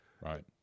Right